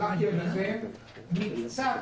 שלחתי אליכם מקצת